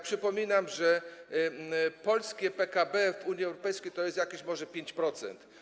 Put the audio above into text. Przypominam, że polskie PKB w Unii Europejskiej to jest może jakieś 5%.